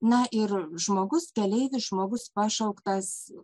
na ir žmogus keleivis žmogus pašauktas